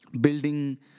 building